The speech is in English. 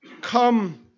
come